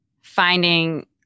finding